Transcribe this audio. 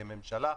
כממשלה,